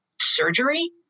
surgery